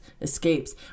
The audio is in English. escapes